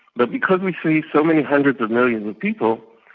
but because we see so many hundreds of millions of people,